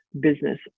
business